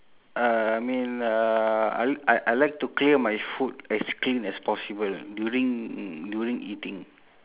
uh I mean uh I I I like to clear my food as clean as possible during during eating